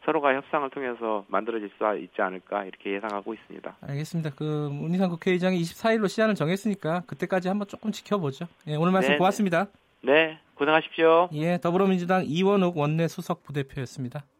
서로가 협상을 통해서 만들어질 수 있지 않을까 이렇게 예상하고 있습니다. 알겠습니다. 그 문희상 국회의장이 24일로 시한을 정했으니까 그때까지 한번 조금 지켜보죠. 예, 오늘 말씀 네, 네. 고맙습니다. 네, 고생하십시오. 예, 더불어민주당 이원욱 원내수석부대표였습니다.